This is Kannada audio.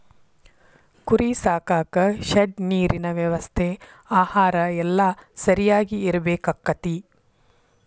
ಕುರಿ ಸಾಕಾಕ ಶೆಡ್ ನೇರಿನ ವ್ಯವಸ್ಥೆ ಆಹಾರಾ ಎಲ್ಲಾ ಸರಿಯಾಗಿ ಇರಬೇಕಕ್ಕತಿ